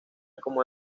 como